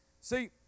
See